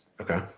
Okay